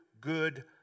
good